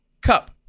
Cup